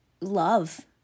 love